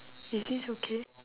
is this okay